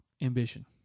ambition